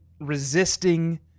resisting